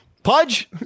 Pudge